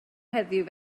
heddiw